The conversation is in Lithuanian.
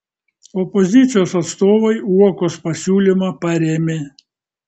opozicijos atstovai uokos pasiūlymą parėmė